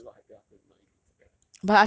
I feel a lot happier after not using instagram